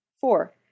Four